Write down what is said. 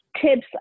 tips